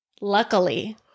luckily